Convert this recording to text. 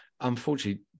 unfortunately